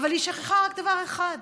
היא שכחה רק דבר אחד,